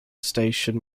station